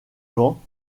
vent